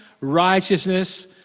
righteousness